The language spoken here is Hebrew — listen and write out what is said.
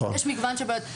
יש מגוון של בעיות.